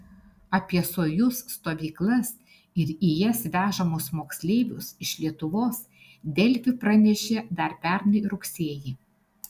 apie sojuz stovyklas ir į jas vežamus moksleivius iš lietuvos delfi pranešė dar pernai rugsėjį